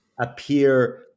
appear